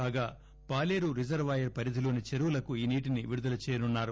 కాగా పాలేరు రిజర్వాయర్ పరిధిలోని చెరువులకు ఈ నీటిని విడుదల చేయనున్నారు